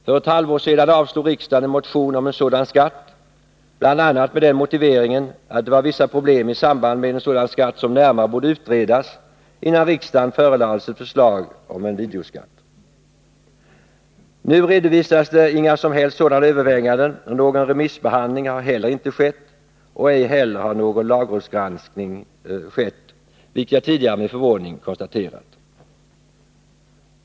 För ett halvår sedan avslog riksdagen en motion om en sådan skatt, bl.a. med den motiveringen att det var vissa problem i samband med en videoskatt som närmare borde utredas innan riksdagen förelades ett förslag om en sådan. Nu redovisas det inga som helst sådana överväganden. Någon remissbehandling har heller inte skett, ej heller någon lagrådsgranskning, vilket jag tidigare med förvåning konstaterat.